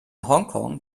hongkong